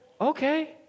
okay